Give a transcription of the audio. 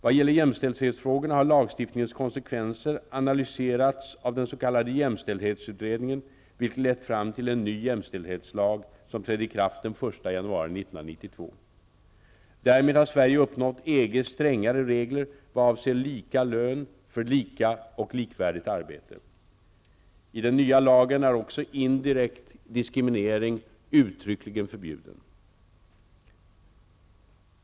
Vad gäller jämställdhetsfrågorna har lagstiftningens konsekvenser analyserats av den s.k. jämställdhetsutredningen, vilket lett fram till en ny jämställdhetslag, som trädde i kraft den 1 januari 1992. Därmed har Sverige uppnått EG:s strängare regler vad avser lika lön för lika och likvärdigt arbete. I den nya lagen är också indirekt diskriminering uttryckligen förbjuden.